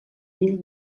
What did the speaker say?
mil